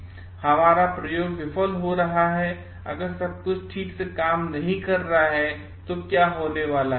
अगर हमारा प्रयोग विफल हो रहा है अगर सब कुछ ठीक से काम नहीं कर रहा है तो क्या होने वाला है